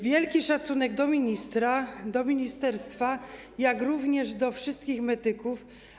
Wielki szacunek dla ministra, dla ministerstwa, jak również dla wszystkich medyków.